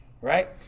Right